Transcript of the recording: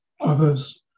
Others